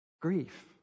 Grief